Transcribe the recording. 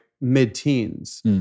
mid-teens